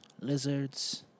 lizards